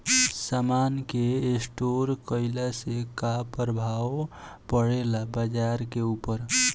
समान के स्टोर काइला से का प्रभाव परे ला बाजार के ऊपर?